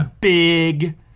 big